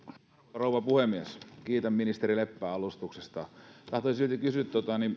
rouva puhemies kiitän ministeri leppää alustuksesta tahtoisin kysyä